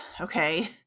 okay